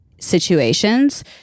situations